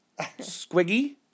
Squiggy